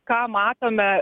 ką matome